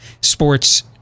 sports